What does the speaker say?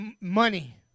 money